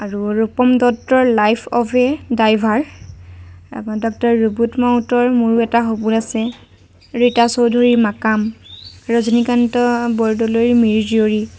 আৰু ৰূপম দত্তৰ life of a driver তাৰপা ডক্টৰ ৰুবুল মাউতৰ মোৰো এটা সপোন আছে ৰীতা চৌধুৰীৰ মাকাম ৰজনীকান্ত বৰদলৈৰ মিৰিজীয়ৰী